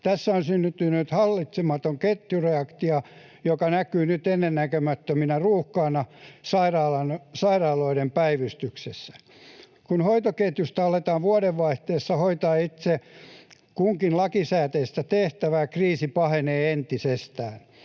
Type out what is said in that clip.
Tässä on syntynyt hallitsematon ketjureaktio, joka näkyy nyt ennennäkemättöminä ruuhkina sairaaloiden päivystyksissä. Kun hoitoketjussa aletaan vuodenvaihteessa hoitaa itse kunkin lakisääteistä tehtävää, kriisi pahenee entisestään.